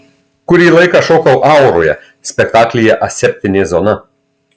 kurį laiką šokau auroje spektaklyje aseptinė zona